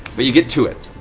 but you get to it.